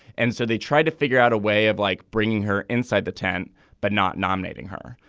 and so they tried to figure out a way of like bringing her inside the tent but not nominating her.